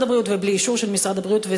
הבריאות ובלי אישור של משרד הבריאות,